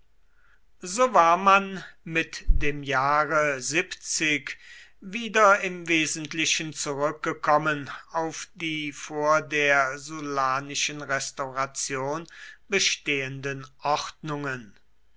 so war man mit dem jahre wieder im wesentlichen zurückgekommen auf die vor der sullanischen restauration bestehenden ordnungen